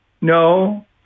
No